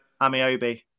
Amiobi